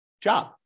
job